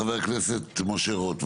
חבר הכנסת משה רוט.